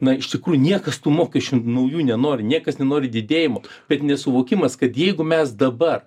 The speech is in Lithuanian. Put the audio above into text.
na iš tikrųjų niekas tų mokesčių naujų nenori niekas nenori didėjimo bet nesuvokimas kad jeigu mes dabar